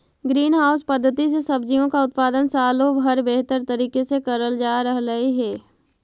green house पद्धति से सब्जियों का उत्पादन सालों भर बेहतर तरीके से करल जा रहलई हे